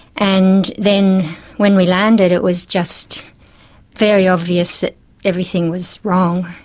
and then when we landed it was just very obvious that everything was wrong,